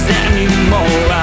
anymore